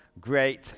great